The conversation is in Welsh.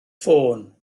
ffôn